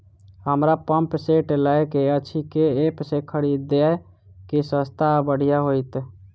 हमरा pump set लय केँ अछि केँ ऐप सँ खरिदियै की सस्ता आ बढ़िया हेतइ?